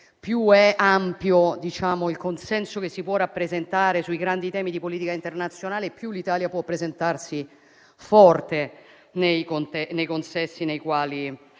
più è ampio il consenso che si può rappresentare sui grandi temi di politica internazionale, più l'Italia può presentarsi forte nei consessi nei quali